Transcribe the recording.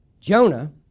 Jonah